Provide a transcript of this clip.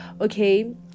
okay